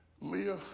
Leah